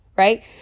Right